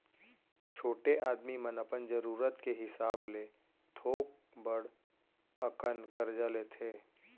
छोटे आदमी मन अपन जरूरत के हिसाब ले थोक बड़ अकन करजा लेथें